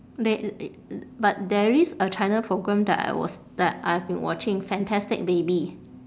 they but there is a china program that I was that I've been watching fantastic baby